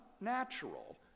natural